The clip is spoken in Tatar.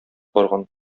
барган